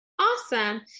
Awesome